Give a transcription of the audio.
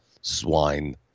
swine